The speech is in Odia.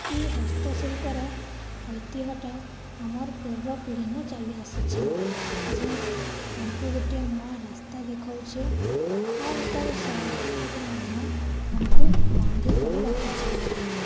କି ହସ୍ତ ଶିଳ୍ପର ଐତିହଟା ଆମର୍ ପୂର୍ବ ପିଢ଼ି ନ ଚାଲି ଆସୁଛି ଯେନ୍ଟା ଆମକୁ ଗୋଟିଏ ନୂଆ ରାସ୍ତା ଦେଖଉଛେ ଆର୍ ତା'ର ସଂରକ୍ଷଣ ଲାଗି ମଧ୍ୟ ଆମ୍କୁ ବାନ୍ଧି କରି ରଖିଛି